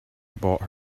bought